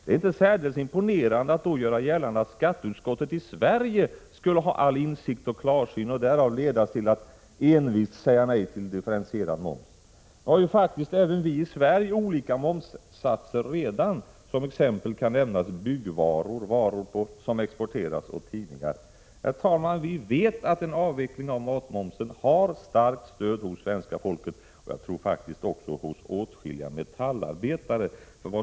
Det är inte särdeles imponerande att då göra gällande att skatteutskottet i Sverige skulle ha all insikt och klarsyn och därav ledas till att envist säga nej till differentierad moms. Nu har ju faktiskt även vi i Sverige redan olika momssatser. Som exempel kan nämnas byggvaror, varor som exporteras och tidningar. Herr talman! Vi vet att en avveckling av matmomsen har starkt stöd hos svenska folket, och jag tror faktiskt också bland åtskilliga metallarbetare.